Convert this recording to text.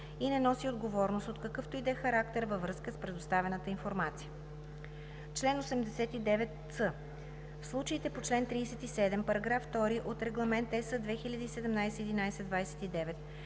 и не носи отговорност от какъвто и да е характер във връзка с предоставената информация. Чл. 89ц. В случаите по чл. 37, параграф 2 от Регламент (ЕС) 2017/1129